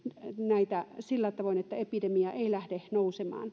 näitä sillä tavoin että epidemia ei lähde